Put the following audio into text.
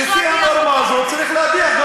אם הוא טרוריסט, כן, צריך להדיח אותו.